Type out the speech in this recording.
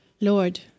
Lord